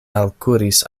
alkuris